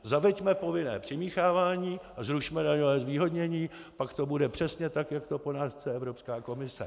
Zaveďme povinné přimíchávání a zrušme daňové zvýhodnění, pak to bude přesně tak, jak to po nás chce Evropská komise.